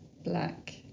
black